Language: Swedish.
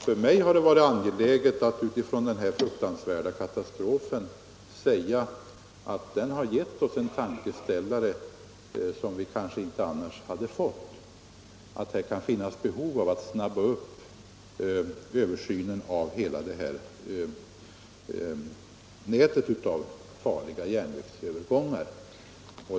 För mig är det angeläget att säga, att den här fruktansvärda katastrofen har givit oss en tankeställare som vi kanske annars inte skulle ha fått, och att det kan finnas behov av att snabba upp översynen av hela nätet av farliga järnvägsövergångar.